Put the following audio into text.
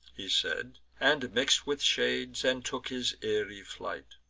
he said, and mix'd with shades, and took his airy flight.